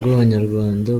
bw’abanyarwanda